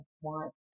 want